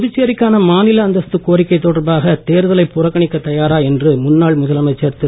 புதுச்சேரிக்கான மாநில அந்தஸ்து தொடர்பாக தேர்தலைப் புறக்கணிக்கத் தயாரா என்று முன்னாள் முதலமைச்சர் திரு